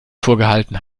vorgehalten